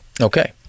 Okay